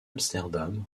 amsterdam